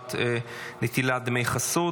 בעבירת נטילת דמי חסות),